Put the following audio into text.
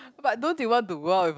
but don't you want to go out with a